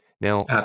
Now